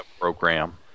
program